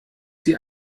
sie